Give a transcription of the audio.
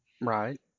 Right